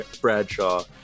Bradshaw